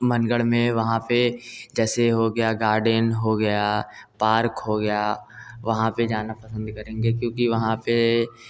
मनगढ़ में वहाँ पर जैसे हो गया गार्डेन हो गया पार्क हो गया वहाँ पर जाना पसंद करेंगे क्योंकि वहाँ पर